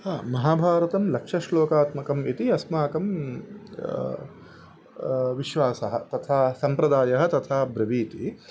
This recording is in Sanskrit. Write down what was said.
हा महाभारतं लक्षश्लोकात्मकम् इति अस्माकं विश्वासः तथा सम्प्रदायः तथा ब्रवीति